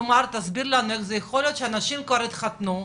תסביר לנו איך זה יכול להיות שאנשים כבר התחתנו,